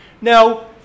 Now